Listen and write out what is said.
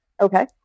Okay